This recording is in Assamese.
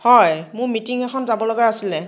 হয় মোৰ মিটিং এখনত যাবলগা আছিলে